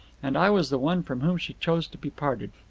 and i was the one from whom she chose to be parted.